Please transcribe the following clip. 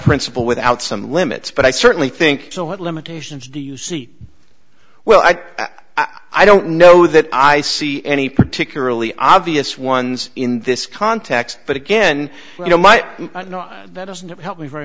principle without some limits but i certainly think so what limitations do you see well i i don't know that i see any particularly obvious ones in this context but again you know my no that doesn't help me very